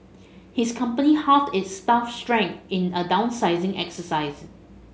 his company halved its staff strength in a downsizing exercise